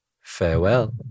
farewell